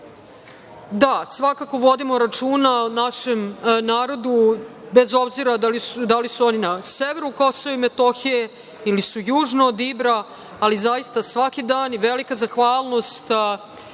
dan. Svakako vodimo računa o našem narodu, bez obzira da li su oni na severu KiM ili su južno od Ibra, ali zaista svaki dan i velika zahvalnost